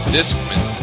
Discman